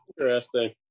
Interesting